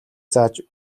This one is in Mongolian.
зааж